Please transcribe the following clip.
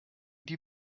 die